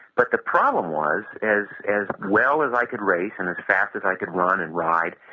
but the problem was as as well as i could race and as fast as i could run and ride,